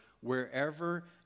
wherever